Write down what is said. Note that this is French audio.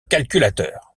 calculateur